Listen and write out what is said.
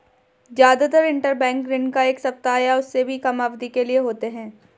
जादातर इन्टरबैंक ऋण एक सप्ताह या उससे भी कम अवधि के लिए होते हैं